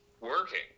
working